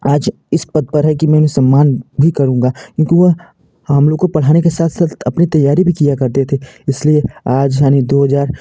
आज इस पद पर है कि सम्मान भी करूँगा क्योंकि वो हम लोग को पढ़ाने के साथ साथ अपने तैयारी भी किया करते थे इसलिए आज यानि दो हज़ार